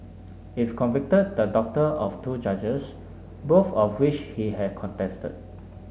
if convicted the doctor of two charges both of which he had contested